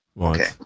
okay